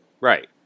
Right